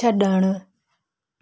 छॾणु